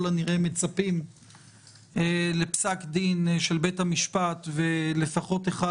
הנראה אנחנו מצפים לפסק דין של בית המשפט ולפחות אחד,